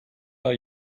are